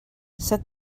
set